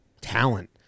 talent